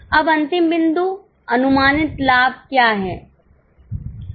अब अंतिम बिंदु अनुमानित लाभ क्या है